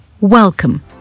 Welcome